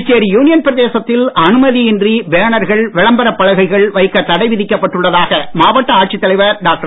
Puducherry union பிரதேசத்தில் அனுமதி இன்றி பேனர்கள் விளம்பரப் பலகைகள் வைக்க தடை விதிக்கப் பட்டுள்ளதாக மாவட்ட ஆட்சித் தலைவர் டாக்டர்